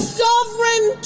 sovereign